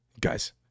Guys